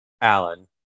Alan